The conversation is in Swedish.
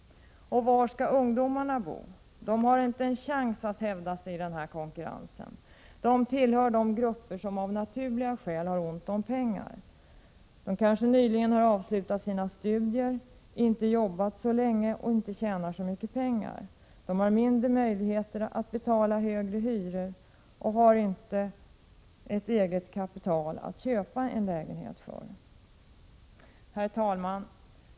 Var skall ungdomarna bo? De har inte en chans att hävda sig i den konkurrensen. De tillhör de grupper som av naturliga skäl har ont om pengar. De har kanske nyligen avslutat sina studier, inte jobbat så länge och tjänar inte så mycket. De har mindre möjligheter än andra att betala höga hyror och har inte ett eget kapital att köpa en lägenhet för. Herr talman!